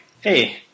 Hey